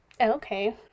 Okay